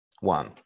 one